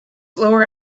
lower